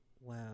Wow